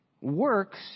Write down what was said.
Works